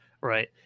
right